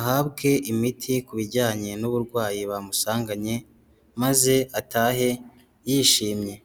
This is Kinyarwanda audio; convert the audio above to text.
ahabwe imiti ku bijyanye n'uburwayi bamusanganye maze atahe yishimye.